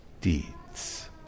deeds